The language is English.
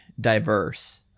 diverse